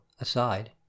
aside